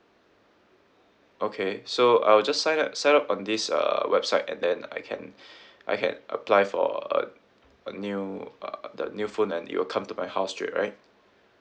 okay so I will just sign u~ sign up on this uh website and then I can I can apply for uh a new uh the new phone and it will come to my house straight right